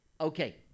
Okay